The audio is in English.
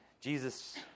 Jesus